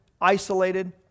isolated